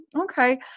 okay